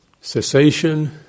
cessation